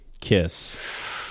Kiss